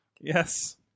Yes